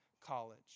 College